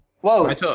Whoa